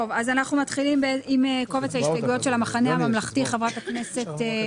אנחנו נהיה מוכנים להתפשר אם תהיה